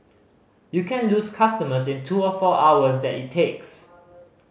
you can lose customers in the two or four hours that it takes